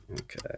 Okay